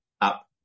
up